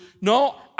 no